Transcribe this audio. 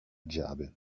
جعبه